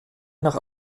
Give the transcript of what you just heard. nach